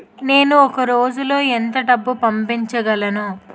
నేను ఒక రోజులో ఎంత డబ్బు పంపించగలను?